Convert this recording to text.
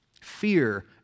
Fear